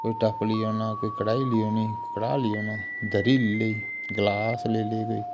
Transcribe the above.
कोई टप्प लेई औना कोई कढ़ाई लेई औनी कढ़ाऽ लेई औना दरी लेई लेई ग्लास लेई ले कोई